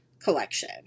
collection